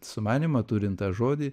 sumanymą turint tą žodį